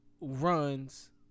runs